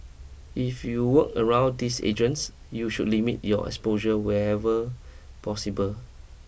if you work around these agents you should limit your exposure whenever possible